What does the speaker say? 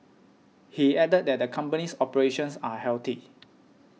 he added that the company's operations are healthy